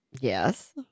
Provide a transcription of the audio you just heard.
Yes